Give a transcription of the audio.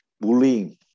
bullying